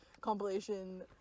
compilation